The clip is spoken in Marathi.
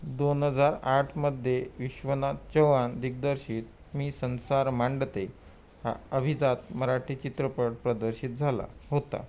दोन हजार आठमध्ये विश्वनाथ चव्हाण दिग्दर्शित मी संसार मांडते हा अभिजात मराठी चित्रपट प्रदर्शित झाला होता